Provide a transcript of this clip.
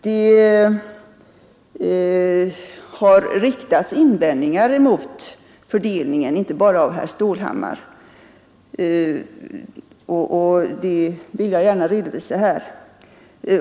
Det har riktats invändningar mot fördelningen, inte bara av herr Stålhammar, och det vill jag gärna redovisa här.